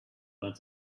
but